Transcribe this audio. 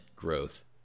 Growth